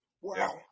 Wow